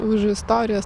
už istorijos